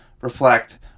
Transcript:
reflect